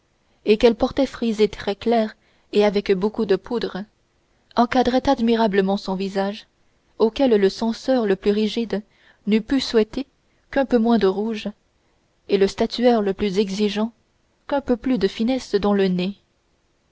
et qu'elle portait frisés très clair et avec beaucoup de poudre encadraient admirablement son visage auquel le censeur le plus rigide n'eût pu souhaiter qu'un peu moins de rouge et le statuaire le plus exigeant qu'un peu plus de finesse dans le nez